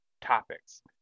topics